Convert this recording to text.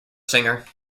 singer